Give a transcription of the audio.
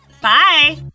Bye